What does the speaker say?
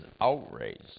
outraged